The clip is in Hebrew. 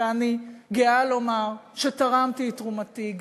ואני גאה לומר שתרמתי את תרומתי,